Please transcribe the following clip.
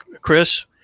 Chris